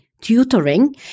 Tutoring